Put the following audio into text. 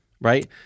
right